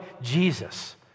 Jesus